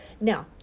Now